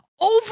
over